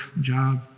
job